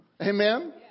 Amen